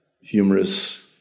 humorous